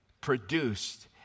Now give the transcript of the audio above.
produced